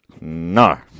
No